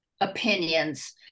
opinions